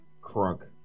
crunk